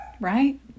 right